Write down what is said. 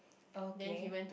okay